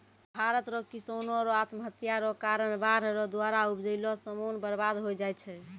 भारत रो किसानो रो आत्महत्या रो कारण बाढ़ रो द्वारा उपजैलो समान बर्बाद होय जाय छै